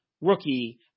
rookie